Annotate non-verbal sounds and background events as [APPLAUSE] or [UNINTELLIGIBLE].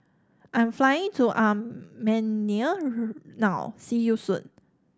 I'm flying to Armenia [UNINTELLIGIBLE] now see you soon